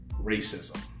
racism